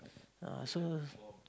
uh so